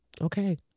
Okay